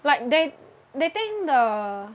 like they they think the